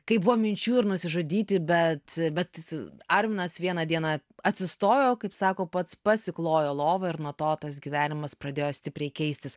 kaip buvo minčių ir nusižudyti bet bet arminas vieną dieną atsistojo kaip sako pats pasiklojo lovą ir nuo to tas gyvenimas pradėjo stipriai keistis